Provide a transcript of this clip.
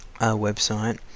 website